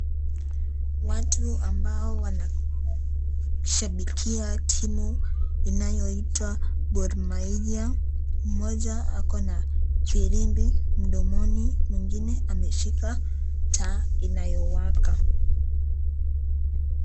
Watu ambao wanashabikia timu inayoitwa Gormahia ,mmoja ako Na filimbi mdomoni, mwingine ameshika taa inayowaka.